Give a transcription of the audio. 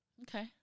Okay